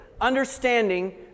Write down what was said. understanding